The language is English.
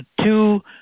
two